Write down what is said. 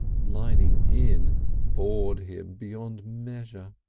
lining in bored him beyond measure.